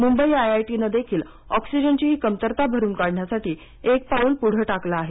मुंबई आयआयटीनं देखील एक्सिजनची ही कमतरता भरून काढण्यासाठी एक पाऊल पुढे टाकलं आहे